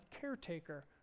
caretaker